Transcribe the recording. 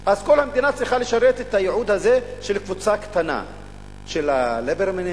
וכל המדינה צריכה לשרת את הייעוד הזה של קבוצה קטנה של הליברמנים,